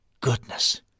goodness